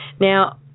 Now